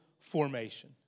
Formation